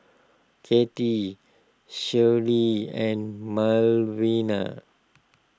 Kattie Shirlie and Malvina